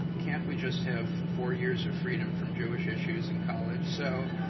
can't we just have four years of freedom from jewish issues in college. so,